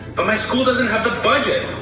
but my school doesn't have the budget.